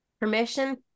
permission